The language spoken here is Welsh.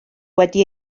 wedi